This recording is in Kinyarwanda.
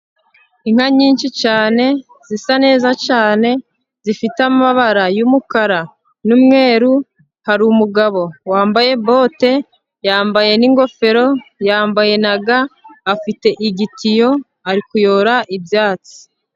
Inka nyinshi cyane, zisa neza cyane, zifite amabara y'umukara n'umweru, hari umugabo wambaye bote, yambaye n'ingofero, yambaye na ga, afite igitiyo, ari kuyora ibyatsi.